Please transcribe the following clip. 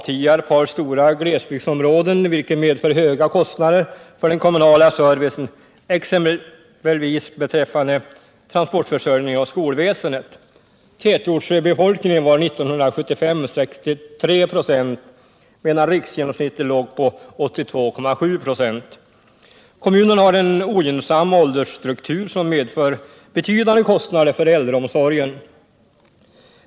Tierp har stora glesbygdsområden, vilket medför höga kostnader för den kommunala servicen, exempelvis beträffande transportförsörjningen och skolväsendet. Tätortsbefolkningen uppgick 1975 till 63 96, medan riksgenomsnittet låg på 82,7 26. Kommunen har en ogynnsam åldersstruktur som medför betydande kostnader för äldreomsorgen.